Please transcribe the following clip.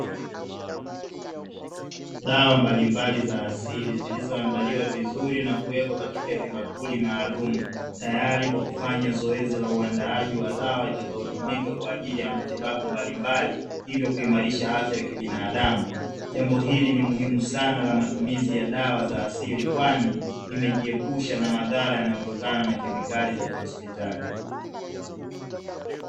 Dawa mbalimbali za asili, zilizoandaliwa vizuri na kuwekwa katika vibakuli maalum tayari kwa kufanya zoezi la uandaaji wa dawa, itayotumika kwaajili ya matibabu mbalimbali hivyo, kuimarisha afya kibinadamu jambo hili ni muhimu sana la matumizi ya dawa za asili kwani imejiepusha na madhara yanayotokana na kemikali za kihospitali.